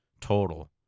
total